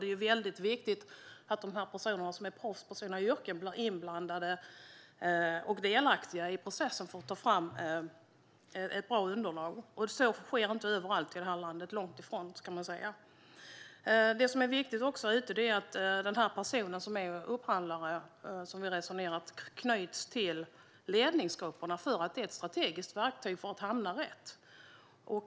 Det är väldigt viktigt att de personer som är proffs på sina yrken blir inblandade och delaktiga i processen att ta fram ett bra underlag. Så sker inte överallt i det här landet utan långt ifrån, ska vi nog säga. Det som också är viktigt är att personen som är upphandlare, som vi har resonerat, knyts till ledningsgrupperna. Det är nämligen ett strategiskt verktyg för att hamna rätt.